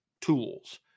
tools